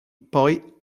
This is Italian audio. poi